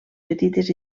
petites